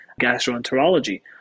gastroenterology